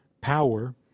power